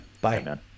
Bye